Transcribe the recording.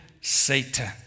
Satan